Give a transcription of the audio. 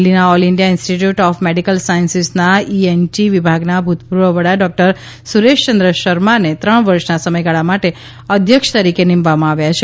દિલ્હીના all India institute of medical સાયન્સિસના ENT વિભાગના ભૂતપૂર્વ વડા ડોક્ટર સુરેશચંદ્ર શર્માને ત્રણ વર્ષના સમયગાળા માટે અધ્યક્ષ તરીકે નિમવામાં આવ્યા છે